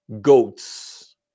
goats